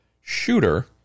shooter